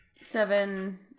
Seven